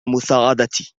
مساعدتي